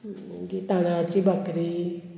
तांदळाची बकरी